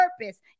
purpose